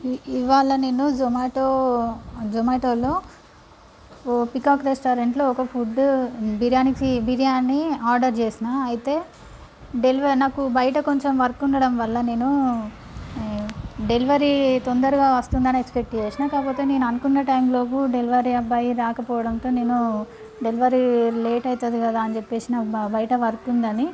ఈ ఇవ్వాళ నేను జొమాటో జొమాటోలో ఓ పీకాక్ రెస్టారెంట్లో ఒక ఫుడ్డు బిర్యానికి బిర్యాని ఆర్డర్ చేసినా అయితే డెలివరీ నాకు బయట కొంచెం వర్క్ ఉండటం వల్ల నేను డెలివరీ తొందరగా వస్తుందని ఎక్సపెక్ట్ చేసినా కాకపోతే నేను అనుకున్న టైంలోపు డెలివరీ అబ్బాయి రాకపోవడంతో నేను డెలివరీ లేట్ అవుతుంది కదా అని చెప్పేసి బయట వర్క్ ఉందని